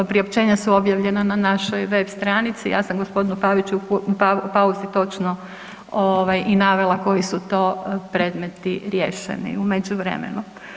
Priopćenja su objavljena na našoj web stranici, ja sam g. Paviću u pauzi točno i navela koji su to predmeti riješeni u međuvremenu.